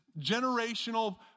generational